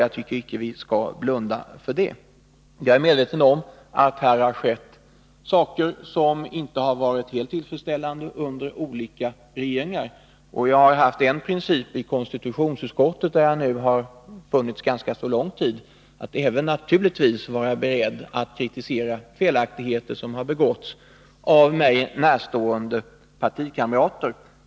Jag tycker icke att vi skall blunda för att så har varit fallit. Jag är medveten om att det har skett saker som inte varit helt tillfredsställande under olika regeringar. I konstitutionsutskottet, där jag nu är ledamot sedan ganska lång tid tillbaka, har jag haft principer att naturligtvis även vara beredd att kritisera felaktigheter som har begåtts av mig närstående partikamrater.